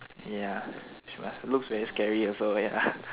ya true ah looks very scary also ya